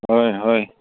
ꯍꯣꯏ ꯍꯣꯏ